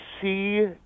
see